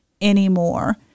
anymore